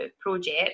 project